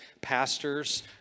pastors